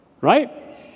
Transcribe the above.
right